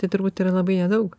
tai turbūt yra labai nedaug